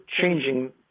changing